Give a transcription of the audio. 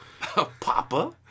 Papa